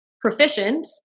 proficient